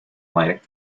muere